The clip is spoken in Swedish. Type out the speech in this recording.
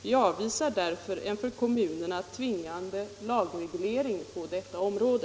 Vi avvisar därför en för kommunerna tvingande lagreglering på detta område.”